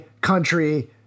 country